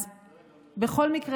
אז בכל מקרה,